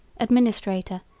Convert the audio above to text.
administrator